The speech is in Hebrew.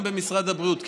גם במשרד הבריאות.